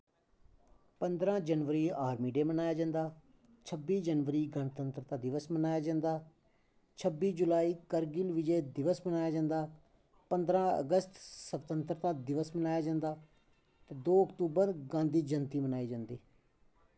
पंदरां जनवरी गी आर्मी डे मनाया जंदा छब्बी जनवरी गी गनत्रंता दिवस बनाया जंदा छब्बी जुलाई कार्गिल विजय दिवस मनाया जंदा पंदरां अगस्त स्वतंत्रता दिवस बनाया जंदा दो अकतूबर गांधी ज्यंती मनाई जंदी